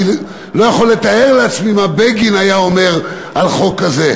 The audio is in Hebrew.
אני לא יכול לתאר לעצמי מה בגין היה אומר על חוק כזה.